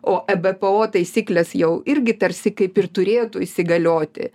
o ebpo taisyklės jau irgi tarsi kaip ir turėtų įsigalioti